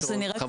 תודה,